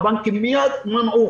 הבנקים מיד מנעו.